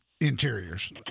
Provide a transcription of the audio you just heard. interiors